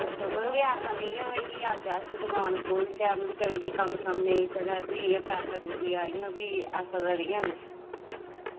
ते मतलब ऐसा निं होऐ की अज्ज अस दुकान खोह्ल्लचै ते भी किसै करी पैसा डुब्बी जा ते ऐसा